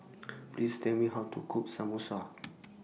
Please Tell Me How to Cook Samosa